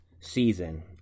season